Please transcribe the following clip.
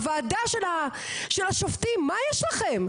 הוועדה שלה של השופטים, מה יש לכם?